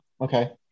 Okay